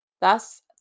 Thus